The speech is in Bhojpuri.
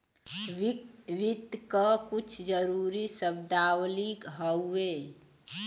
वित्त क कुछ जरूरी शब्दावली हउवे